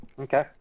Okay